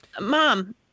mom